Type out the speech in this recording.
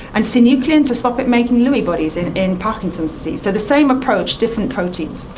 and synuclein to stop it making lewy bodies in in parkinson's disease. so the same approach, different proteins.